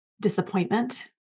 disappointment